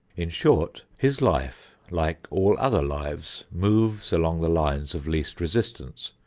in short, his life, like all other lives, moves along the lines of least resistance.